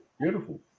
beautiful